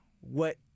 what-